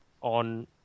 on